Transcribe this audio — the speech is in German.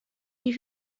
die